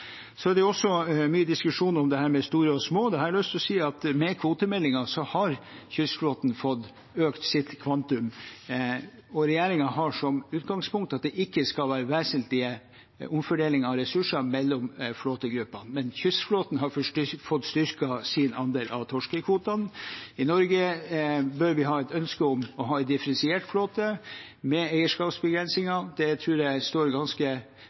Så er det også mye diskusjon om det med store og små. Der har jeg lyst til å si at med kvotemeldingen har kystflåten fått økt sitt kvantum, og regjeringen har som utgangspunkt at det ikke skal være vesentlig omfordeling av ressursene mellom flåtegruppene. Kystflåten har fått styrket sin andel av torskekvotene. I Norge bør vi ha et ønske om å ha en differensiert flåte med eierskapsbegrensninger. Det tror jeg står ganske